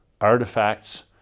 artifacts